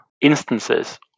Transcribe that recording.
instances